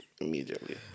Immediately